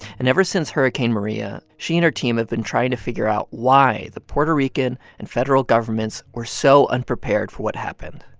and ever since hurricane maria, she and her team have been trying to figure out why the puerto rican and federal governments were so unprepared for what happened.